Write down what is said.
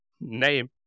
name